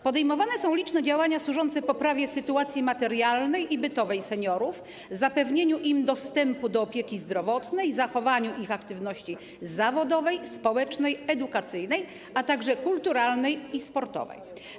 Podejmowane są liczne działania służące poprawie sytuacji materialnej i bytowej seniorów, zapewnieniu im dostępu do opieki zdrowotnej, zachowaniu ich aktywności zawodowej, społecznej, edukacyjnej, a także kulturalnej i sportowej.